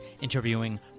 interviewing